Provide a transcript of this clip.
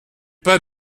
pas